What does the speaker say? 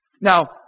Now